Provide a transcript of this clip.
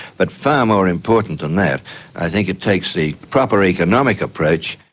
but far more important than that i think it takes the proper economic approach.